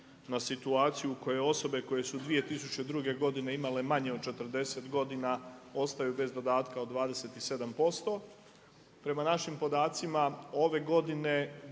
na situaciju u kojoj osobe koje su 2002. godine imale manje od 40 godina ostaju bez dodatka od 27%. Prema našim podacima ove godine